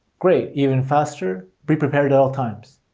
great, even faster. be prepared at all times.